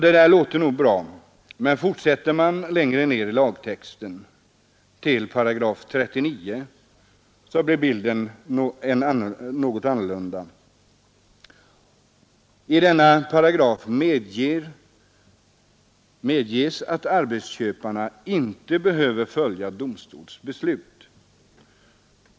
Detta låter nog bra, men fortsätter man längre ned i lagtexten till 39 §, blir bilden något annorlunda. I denna paragraf medges att arbetsköparna inte behöver följa domstols beslut.